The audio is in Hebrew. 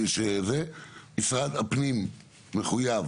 משרד הפנים מחויב